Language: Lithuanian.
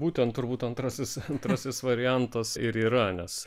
būtent turbūt antrasis antrasis variantas ir yra nes